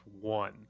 one